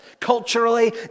Culturally